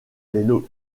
les